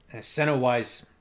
Center-wise